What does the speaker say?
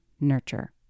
nurture